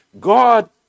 God